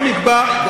באמת.